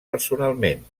personalment